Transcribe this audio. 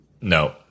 No